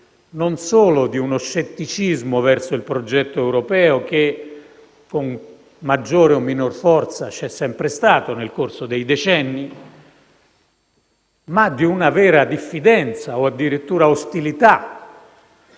non solo di uno scetticismo verso il progetto europeo che, con maggiore o minore forza c'è sempre stato nel corso dei decenni, ma di una vera diffidenza o addirittura ostilità,